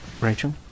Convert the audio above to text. Rachel